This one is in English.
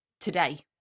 today